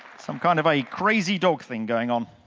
some kind of a crazy dog thing going on.